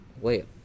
wait